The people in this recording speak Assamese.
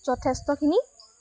যথেষ্টখিনি